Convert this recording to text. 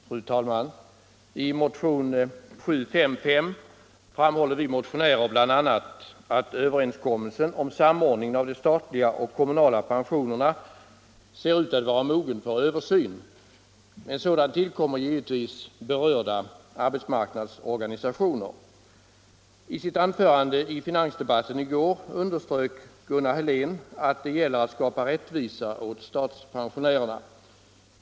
Nr 37 Fru talman! I motionen nr 755 framhåller vi motionärer bl.a. att över Torsdagen den enskommelsen om samordningen av de statliga och kommunala pen 13 mars 1975 sionerna ser ut att vara mogen för översyn. En sådan tillkommer givetvis berörda arbetsmarknadsorganisationer. Samordning mellan I sitt anförande i finansdebatten i går underströk Gunnar Helén att = pensionssystem, det gäller att skapa rättvisa åt statspensionärerna.